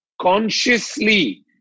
consciously